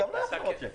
גם לה יחזור השיק.